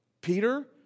Peter